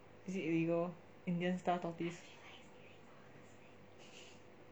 is it illegal indian star tortoise